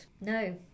no